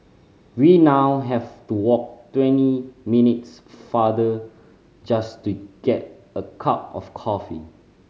we now have to walk twenty minutes farther just to get a cup of coffee